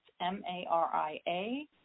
M-A-R-I-A